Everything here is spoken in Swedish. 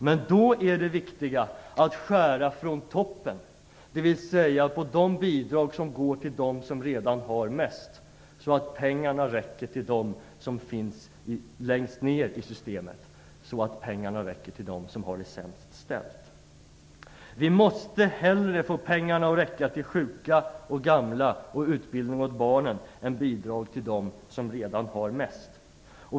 Men det viktiga är då att skära från toppen, dvs. på de bidrag som går till dem som redan har mest så att pengarna räcker till dem som finns längst ner i systemet och som har det sämst ställt. Vi måste hellre få pengarna att räcka till sjuka, gamla och till utbildning åt barnen än till bidrag för dem som redan har mest.